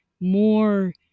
more